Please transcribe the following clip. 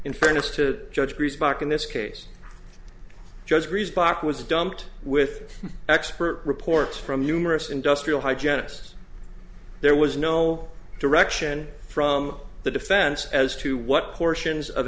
in fairness to judge priest back in this case judge agrees bach was dumped with expert reports from numerous industrial hygenic us there was no direction from the defense as to what portions of